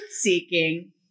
seeking